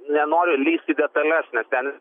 nenoriu lįsti į detales nes ten